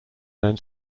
then